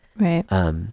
right